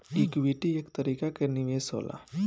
equity एक तरीका के निवेश होला